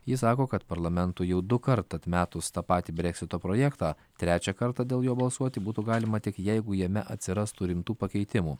ji sako kad parlamentui jau dukart atmetus tą patį breksito projektą trečią kartą dėl jo balsuoti būtų galima tik jeigu jame atsirastų rimtų pakeitimų